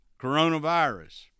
coronavirus